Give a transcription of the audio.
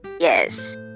Yes